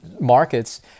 markets